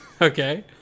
Okay